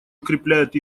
укрепляют